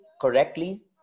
correctly